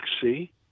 Sea